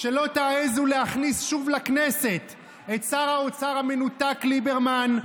שלא תעזו להכניס שוב לכנסת את שר האוצר המנותק ליברמן,